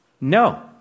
no